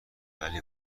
ولی